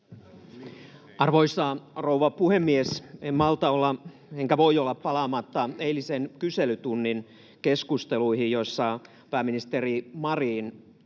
Arvoisa rouva puhemies! En malta olla enkä voi olla palaamatta eilisen kyselytunnin keskusteluihin, joissa pääministeri Marin kertoi,